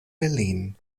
berlin